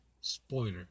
spoiler